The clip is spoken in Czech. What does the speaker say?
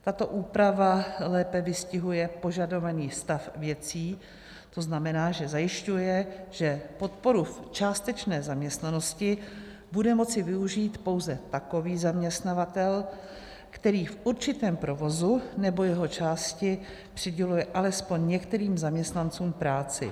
Tato úprava lépe vystihuje požadovaný stav věcí, to znamená, že zajišťuje, že podporu v částečné zaměstnanosti bude moci využít pouze takový zaměstnavatel, který v určitém provozu nebo jeho části přiděluje alespoň některým zaměstnancům práci.